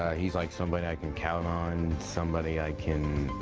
he's like somebody i can count on, somebody i can